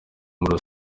muri